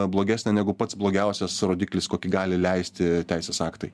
blogesnė negu pats blogiausias rodiklis kokį gali leisti teisės aktai